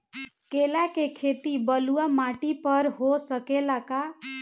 केला के खेती बलुआ माटी पर हो सकेला का?